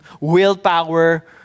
willpower